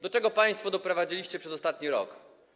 Do czego państwo doprowadziliście przez ostatni rok?